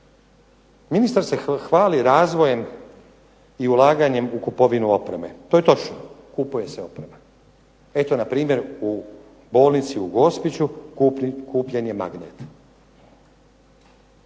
Ministar se hvali razvojem i ulaganjem u kupovinu opreme. To je točno. Kupuje se oprema. Eto na primjer u bolnici u Gospiću kupljen je magnet.